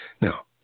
Now